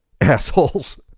Assholes